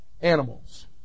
animals